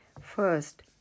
First